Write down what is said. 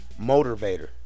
Motivator